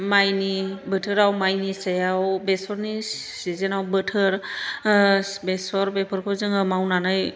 माइनि बोथोराव माइनि सायाव बेसरनि सिजोनाव बेसर बेफोरखौ जोङो मावनानै